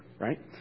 Right